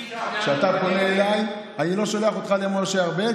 כשאתה פונה אליי אני לא שולח אותך למשה ארבל,